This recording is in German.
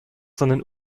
seinen